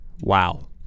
Wow